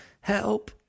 help